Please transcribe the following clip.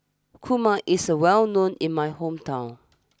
Kurma is a well known in my hometown